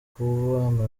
kubana